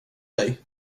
dig